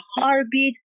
heartbeat